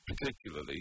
particularly